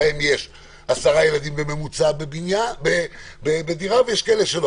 בהם עשרה ילדים בממוצע בדירה ויש כאלו שלא,